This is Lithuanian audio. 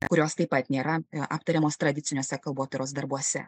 kurios taip pat nėra aptariamos tradiciniuose kalbotyros darbuose